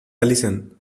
allison